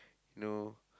know